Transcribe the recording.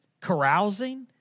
carousing